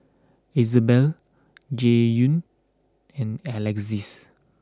Isabelle Jaidyn and Alexis